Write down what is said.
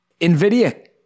NVIDIA